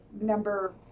number